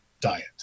diet